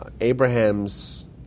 Abraham's